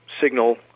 signal